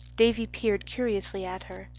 davy peered curiously at her.